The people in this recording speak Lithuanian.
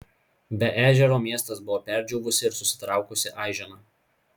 be ežero miestas buvo perdžiūvusi ir susitraukusi aižena